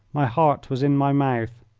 my heart was in my mouth.